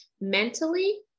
mentally